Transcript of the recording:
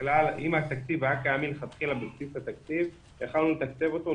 אם התקציב היה קיים מלכתחילה בבסיס התקציב יכולנו לתקצב אותו,